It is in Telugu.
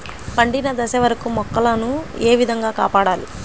పండిన దశ వరకు మొక్కల ను ఏ విధంగా కాపాడాలి?